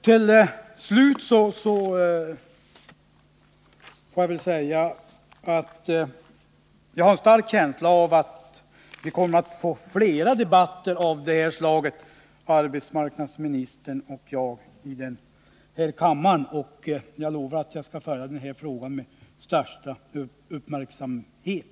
Till slut vill jag säga att jag har en stark känsla av att arbetsmarknadsministern och jag här i kammaren kommer att få fler debatter av det här slaget. Jag lovar att följa denna fråga med största uppmärksamhet.